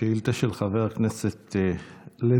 לשאילתה של חבר הכנסת לוין.